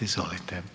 Izvolite.